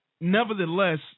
nevertheless